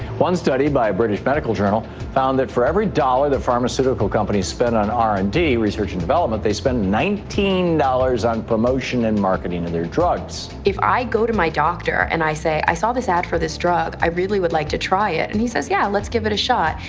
one study by a british medical journal found that for every dollar that pharmaceutical companies spent on r and d research and development-they spend nineteen dollars on promotion and marketing of their drugs. if i go to my doctor and i say, i saw this ad for this drug i really would like to try it, and he says, yeah, let's give it a shot,